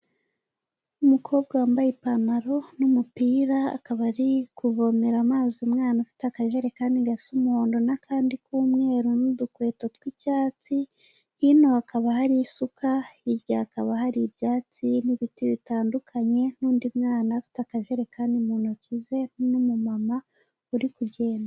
Umukobwa wambaye ipantaro n'umupira akaba ari kuvomera amazi umwana ufite akajerekani gasa umuhondo n'akandi k'umweru n'udukweto tw'icyatsi , hino hakaba hari isuka hirya hakaba hari ibyatsi n'ibiti bitandukanye n'undi mwana afite akajerekani mu ntoki ze n'umumama uri kugenda.